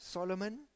Solomon